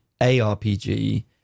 ARPG